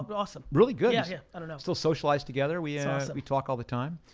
but awesome. really good, yeah and and still socialize together. we yeah we talk all the time.